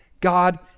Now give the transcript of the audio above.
God